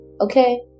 Okay